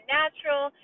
natural